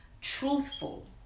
truthful